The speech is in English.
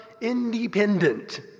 independent